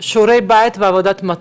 לעשות שיעורי בית ועבודת מטה,